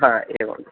हा एवं